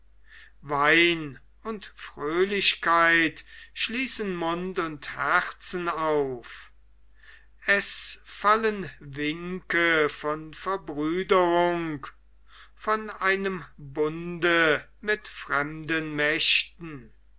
wein und fröhlichkeit schließen mund und herzen auf es fallen winke von verbrüderung von einem bunde mit fremden mächten